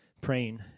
praying